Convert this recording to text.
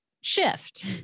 shift